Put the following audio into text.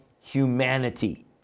humanity